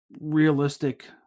realistic